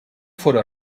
fóra